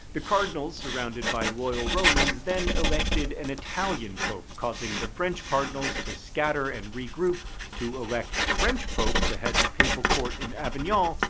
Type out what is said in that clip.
the cardinals, surrounded by loyal romans, then elected an italian pope, causing the french cardinals to scatter and regroup to elect a french pope to head the papal court in avignon,